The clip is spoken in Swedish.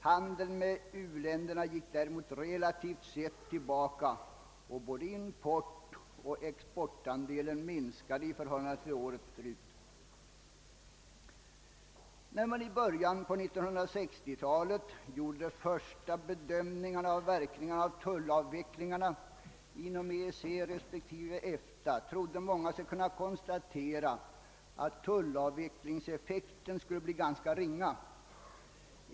Handeln med u-länderna gick däremot relativt sett tillbaka, och både importoch exportandelen minskade i förhållande till året förut. När man i början på 1960-talet gjorde de första bedömningarna av verkningarna av tullavvecklingarna inom EEC respektive EFTA, trodde sig många kunna konstatera att tullavvecklingseffekten skulle bli ganska ringa.